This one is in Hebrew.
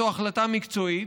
זו החלטה מקצועית,